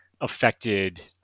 affected